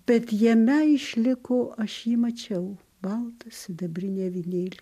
bet jame išliko aš jį mačiau baltą sidabrinį avinėlį